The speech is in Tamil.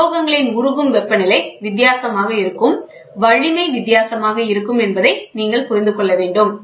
எனவே உலோகங்களின் உருகும் வெப்பநிலை வித்தியாசமாக இருக்கும் வலிமை வித்தியாசமாக இருக்கும் என்பதை நீங்கள் புரிந்து கொள்ள வேண்டும்